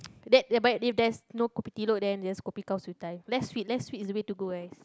that but if there is no kopi then just kopi gao sui dai less sweet less sweet is the way to go